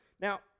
Now